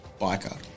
biker